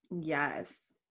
Yes